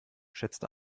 schätzte